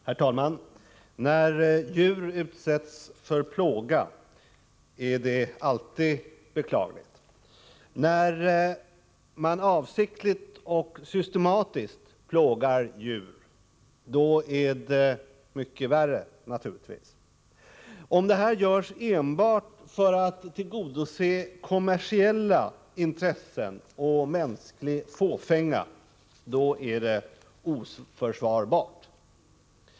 Herr talman! När djur utsätts för plåga, är det alltid beklagligt. När man avsiktligt och systematiskt plågar djur, då är det mycket värre naturligtvis. Om det görs enbart för att tillgodose kommersiella intressen och mänsklig fåfänga, är det oförsvarbart.